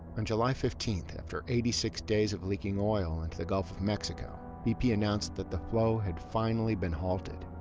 and july fifteenth, after eighty six days of leaking oil into the gulf of mexico, bp announced that the flow had finally been halted.